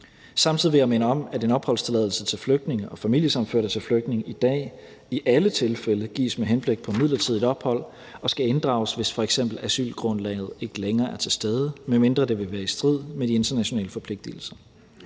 Samtidig vil jeg minde om, at en opholdstilladelse til flygtninge og familiesammenførte til flygtninge i dag i alle tilfælde gives med henblik på midlertidigt ophold og skal inddrages, hvis f.eks. asylgrundlaget ikke længere er til stede, medmindre det vil være i strid med de internationale forpligtelser.